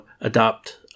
adopt